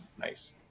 nice